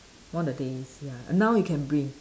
one of the days ya now you can bring